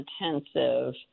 intensive